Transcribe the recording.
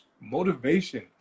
Motivation